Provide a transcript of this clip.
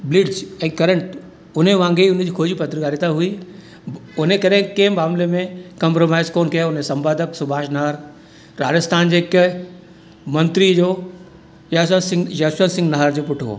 ब्लिडज ऐं करंट उनजे वांगे उनजी खोजी पत्रिकारिता हुई उन ई करे कंहिं मामले में कॉम्प्रौमाइज कोन्ह कहे उनजे संपादक सुभाष नार राजस्थान जे के मंत्री जो याशो सिंह याशो सिंघार पुटु हो